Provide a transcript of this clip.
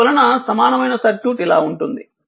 అందువలన సమానమైన సర్క్యూట్ ఇలా ఉంటుంది